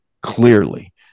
clearly